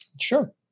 Sure